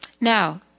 Now